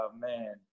man